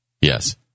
Yes